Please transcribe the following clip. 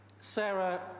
Sarah